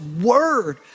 word